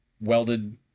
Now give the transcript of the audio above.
welded